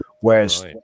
Whereas